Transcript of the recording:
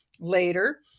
later